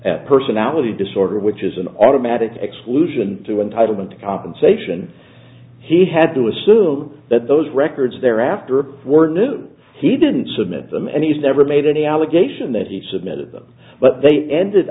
at personality disorder which is an automatic exclusion to entitlement to compensation he had to assume that those records thereafter were new he didn't submit them and he's never made any allegation that he submitted them but they ended